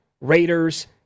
Raiders